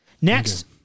Next